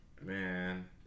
man